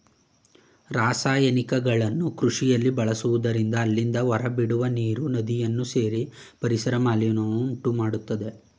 ರಾಸಾಯನಿಕಗಳನ್ನು ಕೃಷಿಯಲ್ಲಿ ಬಳಸುವುದರಿಂದ ಅಲ್ಲಿಂದ ಹೊರಬಿಡುವ ನೀರು ನದಿಯನ್ನು ಸೇರಿ ಪರಿಸರ ಮಾಲಿನ್ಯವನ್ನು ಉಂಟುಮಾಡತ್ತದೆ